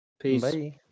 Peace